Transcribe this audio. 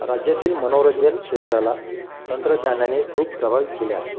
राज्यातील मनोरंजन क्षेत्राला तंत्रज्ञानाने खूप प्रभावित केले आहे